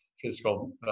physical